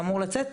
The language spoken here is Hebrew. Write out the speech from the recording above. שאמור לצאת,